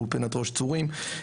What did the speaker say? אולפנת ראש צורים,